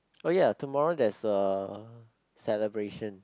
oh ya tomorrow there's a celebration